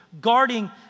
guarding